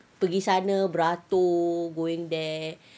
pergi sana beratur going there